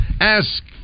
Ask